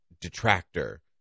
detractor